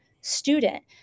student